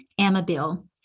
Amabile